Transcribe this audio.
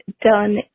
done